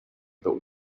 but